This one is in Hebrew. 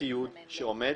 ציוד שעומד